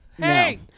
Hey